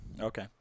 Okay